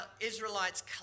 Israelites